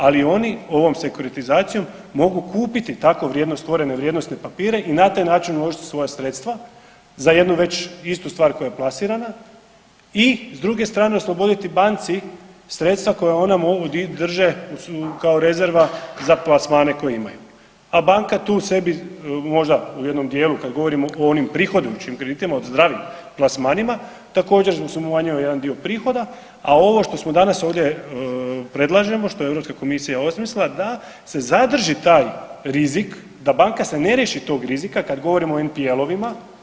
Ali oni ovom sekuritizacijom mogu kupiti tako vrijedno stvorene vrijednosne papire i na taj način uložiti svoja sredstva za jednu već istu stvar koja je plasirana i s druge strane osloboditi banci sredstva koja ona drže kao rezerva za plasmane koje imaju, a banka tu sebi možda u jednom dijelu kad govorimo o onim prihodujućim kreditima o zdravim plasmanima također smanjuje jedan dio prihoda, a ovo što danas predlažemo što je Europska komisija osmislila da se zadrži taj rizik, da banka se ne riješi tog rizika kad govorimo o NPL-ovima.